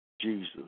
Jesus